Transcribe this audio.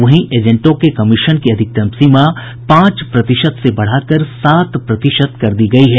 वहीं एजेंटों के कमीशन की अधिकतम सीमा पांच प्रतिशत से बढ़ाकर सात प्रतिशत की गई है